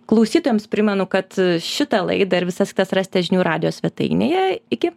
klausytojams primenu kad šitą laidą ir visas kitas rasite žinių radijo svetainėje iki